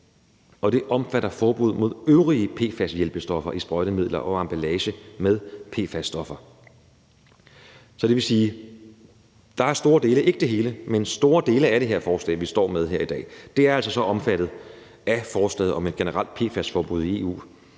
og det omfatter forbuddet mod øvrige PFAS-hjælpestoffer i sprøjtemidler og emballage med PFAS-stoffer. Så det vil sige, at der er store dele – ikke det hele, men store dele – af det her forslag, vi står med her i dag, der altså er omfattet af forslaget om et generelt PFAS-forbud i EU.